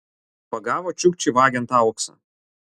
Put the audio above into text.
pagavo čiukčį vagiant auksą